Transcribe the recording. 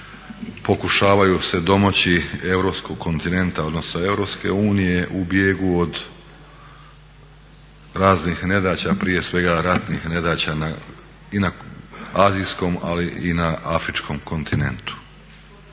odnosno EU u bijegu od raznih nedaća, prije svega ratnih nedaća i na azijskom, ali i na afričkom kontinentu.